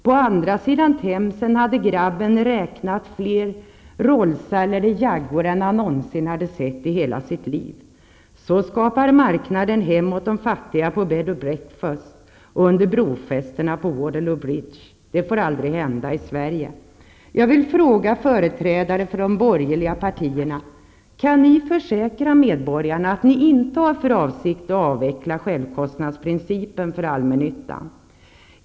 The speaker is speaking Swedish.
På andra sidan Themsen hade grabben räknat fler ''rollsar'' och ''jaggor'' än han hade sett i hela sitt liv. På detta sätt skapar marknaden hem åt de fattiga på bed and breakfast och under brofästena på Waterloo bridge. Det får aldrig hända i Sverige. Kan ni försäkra medborgarna att ni inte har för avsikt att avveckla självkostnadsprincipen för allmännyttan?